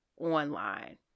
online